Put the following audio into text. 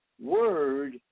Word